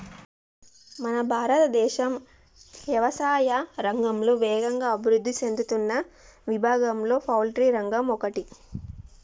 మన భారతదేశం యవసాయా రంగంలో వేగంగా అభివృద్ధి సేందుతున్న విభాగంలో పౌల్ట్రి రంగం ఒకటి